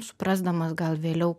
suprasdamas gal vėliau